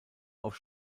auf